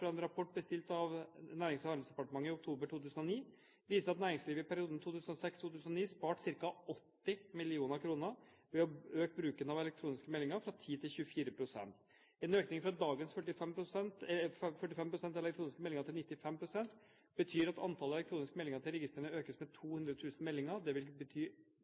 fra en rapport bestilt av Nærings- og handelsdepartementet i oktober 2009, viser at næringslivet i perioden 2006–2009 sparte ca. 80 mill. kr ved å øke bruken av elektroniske meldinger fra 10 til 24 pst. En økning fra dagens 45 pst. elektroniske meldinger til 95 pst. betyr at antallet elektroniske meldinger til registrene økes med 200 000. Dette vil